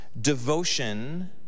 devotion